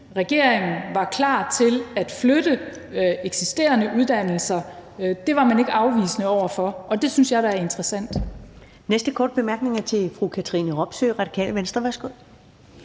regeringen var klar til at flytte eksisterende uddannelser, sagde, at det var man ikke afvisende over for, og det synes jeg da er interessant.